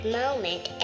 moment